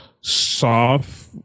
soft